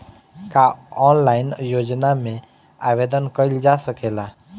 का ऑनलाइन योजना में आवेदन कईल जा सकेला?